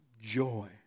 joy